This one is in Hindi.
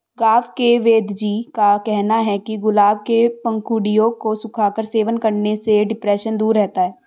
गांव के वेदजी का कहना है कि गुलाब के पंखुड़ियों को सुखाकर सेवन करने से डिप्रेशन दूर रहता है